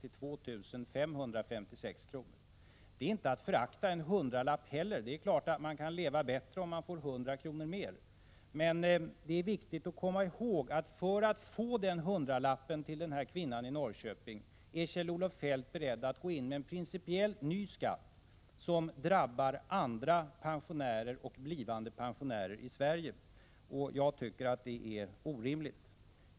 till 2 556 kr. Det är inte att förakta en hundralapp. Det är klart att man kan leva bättre om man får 100 kr. mer. Men det är viktigt att komma ihåg att för att få den här hundralappen till kvinnan i Norrköping är Kjell-Olof Feldt beredd att gå in med en principiellt ny skatt, som drabbar andra pensionärer och blivande pensionärer i Sverige. Jag tycker det är orimligt.